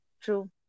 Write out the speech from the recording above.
True